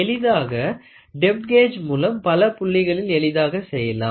எளிதாக depth gauge மூலம் பல புள்ளிகளில் எளிதாக செய்யலாம்